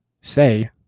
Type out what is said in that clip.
say